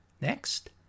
Next